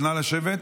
נא לשבת.